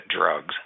drugs